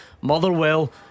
Motherwell